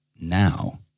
Now